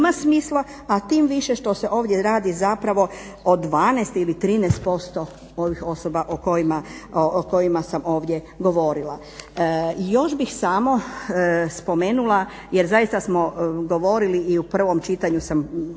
ima smisla, a tim više što se ovdje radi zapravo o 12 ili 13% ovih osoba o kojima sam ovdje govorila. I još bih samo spomenula jer zaista smo govorili i u prvom čitanju sam govorila